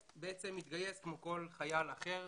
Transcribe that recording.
כמו כל חייל אחר,